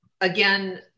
again